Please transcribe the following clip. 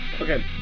Okay